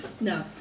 No